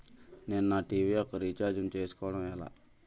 నేను నా టీ.వీ యెక్క రీఛార్జ్ ను చేసుకోవడం ఎలా?